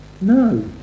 No